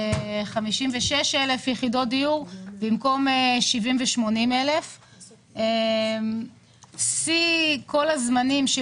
56,000 יחידות דיור במקום 80,000. שיא כל הזמנים של